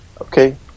Okay